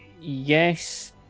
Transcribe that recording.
yes